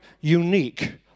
unique